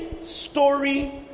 story